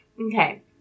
okay